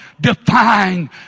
define